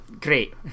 great